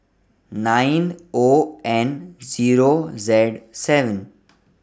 nine O N Zero Z seven